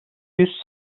yüz